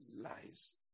lies